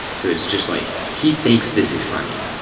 so it's it's just like, he thinks this is funny.